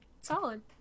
Solid